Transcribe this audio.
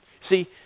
See